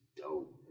dope